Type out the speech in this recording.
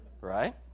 right